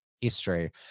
history